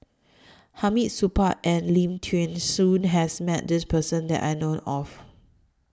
Hamid Supaat and Lim Thean Soo has Met This Person that I know of